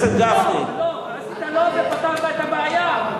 פתרת את הבעיה?